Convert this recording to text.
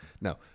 No